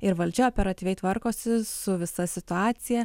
ir valdžia operatyviai tvarkosi su visa situacija